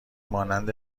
مانند